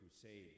crusade